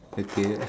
okay